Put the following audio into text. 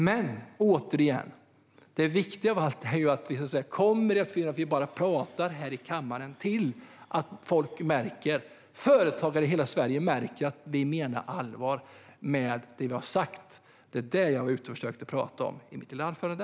Men återigen: Det viktiga är ju att vi kommer från att bara prata här i kammaren till att folk och företagare i hela Sverige märker att vi menar allvar med det som vi har sagt. Det var detta jag försökte att prata om i mitt lilla anförande.